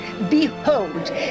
Behold